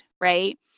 Right